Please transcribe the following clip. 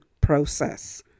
process